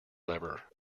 lever